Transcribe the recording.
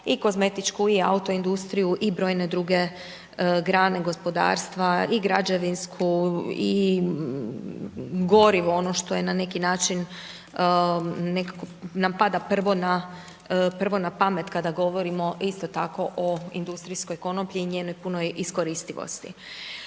i kozmetičku i auto industriju i brojne druge grane gospodarstva i građevinsku i gorivo ono što je na neki način, nekako nam pada prvo na pamet kada govorimo isto tako o industrijskoj konoplji i njenoj punoj iskoristivosti.